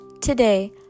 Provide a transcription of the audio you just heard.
Today